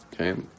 Okay